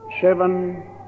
seven